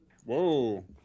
Whoa